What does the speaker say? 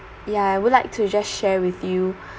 ya I would like to just share with you